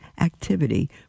activity